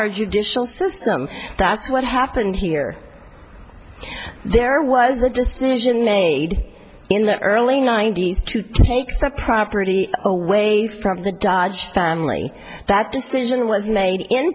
our judicial system that's what happened here there was a decision made in the early ninety's to take the property away from the dodge family that decision was made in